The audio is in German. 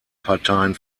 parteien